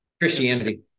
christianity